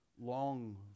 long